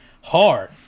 hard